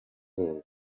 ubwoba